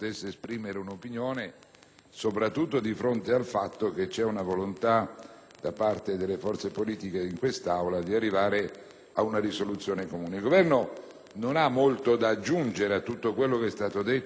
soprattutto di fronte al fatto che vi è la volontà, da parte delle forze politiche in quest'Aula, di arrivare ad un testo comune. Il Governo non ha molto da aggiungere a tutto quello che è stato detto e concorda in linea di massima,